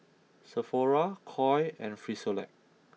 Sephora Koi and Frisolac